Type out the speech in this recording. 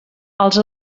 els